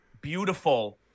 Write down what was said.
beautiful